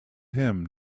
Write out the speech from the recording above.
him